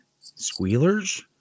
squealers